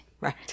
Right